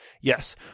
yes